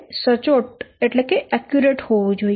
તે સચોટ હોવું જોઈએ